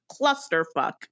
clusterfuck